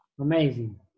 amazing